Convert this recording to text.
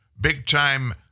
big-time